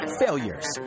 failures